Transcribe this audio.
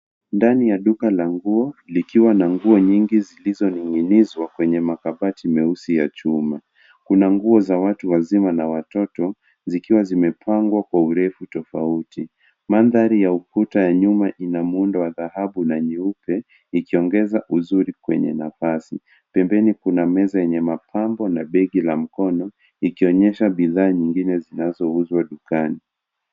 Ndani ya duka la nguo, Nguo za watu wazima na watoto zimepangwa kwa rangi tofauti. Mandhari ya ndani ina mtindo wa kisasa, ikiongeza uzuri kwenye nafasi. inaashiria mandhari ya duka la nguo.